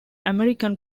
american